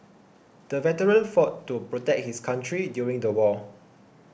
the veteran fought to protect his country during the war